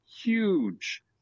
huge